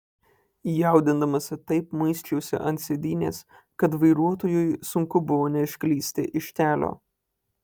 jaudindamasi taip muisčiausi ant sėdynės kad vairuotojui sunku buvo neišklysti iš kelio